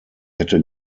hätte